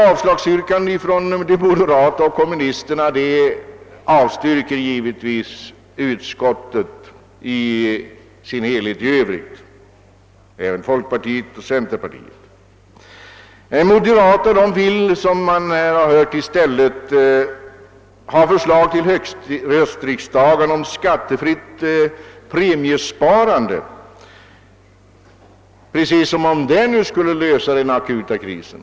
Avslagsyrkandet från de moderata och kommunisterna beträffande arbetsgivaravgiften avvisas av utskottet. De moderata vill, som vi här har hört, i stället ha förslag till höstriksdagen om skattefritt premiesparande precis som om det skulle lösa den akuta krisen.